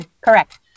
Correct